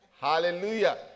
hallelujah